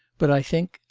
but i think.